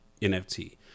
nft